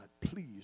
please